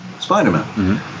Spider-Man